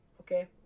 okay